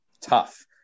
tough